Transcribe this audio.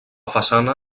façana